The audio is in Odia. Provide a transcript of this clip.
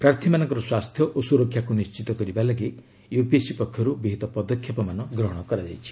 ପ୍ରାର୍ଥୀମାନଙ୍କର ସ୍ୱାସ୍ଥ୍ୟ ଓ ସୁରକ୍ଷାକୁ ନିଶ୍ଚିତ କରିବା ପାଇଁ ୟୁପିଏସ୍ସି ପକ୍ଷରୁ ବିହିତ ପଦକ୍ଷେପ ଗ୍ରହଣ କରାଯାଇଛି